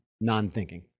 non-thinking